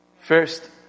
First